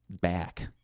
back